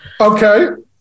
Okay